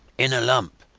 in a lump.